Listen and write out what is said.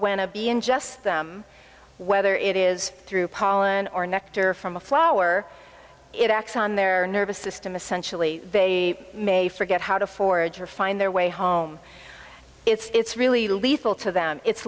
when a being just whether it is through pollen or nectar from a flower it acts on their nervous system essentially they may forget how to forage or find their way home it's really lethal to them it's